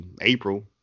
April